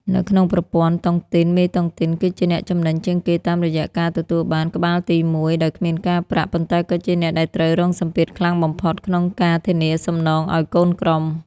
នៅក្នុងប្រព័ន្ធតុងទីន មេតុងទីនគឺជាអ្នកចំណេញជាងគេតាមរយៈការទទួលបាន "ក្បាលទីមួយ" ដោយគ្មានការប្រាក់ ប៉ុន្តែក៏ជាអ្នកដែលត្រូវរងសម្ពាធខ្លាំងបំផុតក្នុងការធានាសំណងឱ្យកូនក្រុម។